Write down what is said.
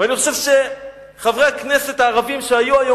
ואני חושב שחברי הכנסת הערבים שהיו היום